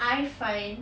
I find